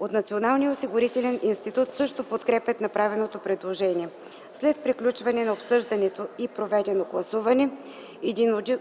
От Националния осигурителен институт също подкрепят направеното предложение. След приключване на обсъждането и проведено гласуване